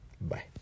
Bye